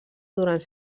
durant